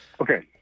Okay